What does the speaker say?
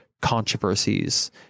controversies